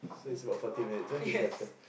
so it was about forty minutes ah you stay after